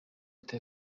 leta